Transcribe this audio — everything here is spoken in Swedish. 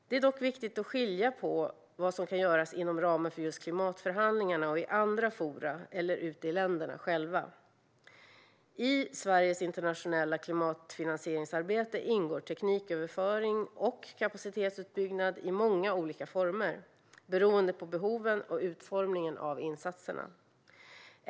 Det är dock viktigt att skilja på vad som kan göras inom ramen för just klimatförhandlingarna, i andra forum eller ute i själva länderna. I Sveriges internationella klimatfinansieringsarbete ingår tekniköverföring och kapacitetsuppbyggnad i många olika former, beroende på behoven och utformningen av insatserna.